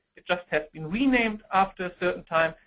it just has been renamed after a certain time.